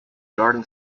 garden